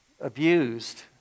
abused